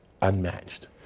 unmatched